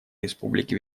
республики